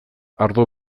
ardo